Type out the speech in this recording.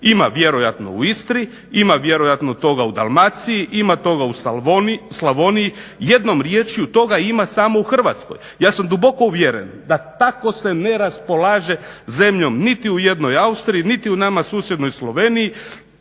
Ima vjerojatno u Istri, ima vjerojatno toga u Dalmaciji, ima toga u Slavoniji. Jednom riječju toga ima samo u Hrvatskoj. Ja sam duboko uvjeren da tako se ne raspolaže zemljom niti u jednoj Austriji, niti u nama susjednoj Sloveniji,